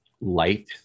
light